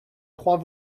croix